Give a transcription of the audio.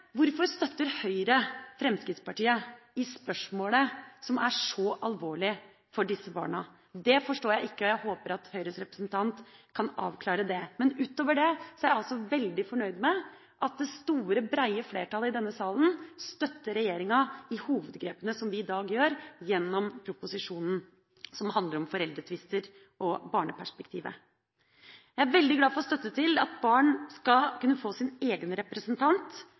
Hvorfor støtter Høyre Fremskrittspartiet i spørsmålet som er så alvorlig for disse barna? Det forstår jeg ikke, og jeg håper at Høyres representant kan avklare det. Men utover det er jeg veldig fornøyd med at det store og brede flertallet i denne salen støtter regjeringa i de hovedgrepene som vi i dag gjør gjennom proposisjonen som handler om barneperspektivet i foreldretvister. Jeg er veldig glad for støtte til at barn skal kunne få sin egen representant,